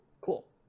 Cool